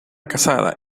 casada